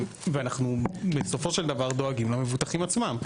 ואנחנו בסופו של דבר דואגים למבוטחים עצמם.